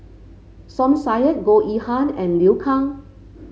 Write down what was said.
Som Said Goh Yihan and Liu Kang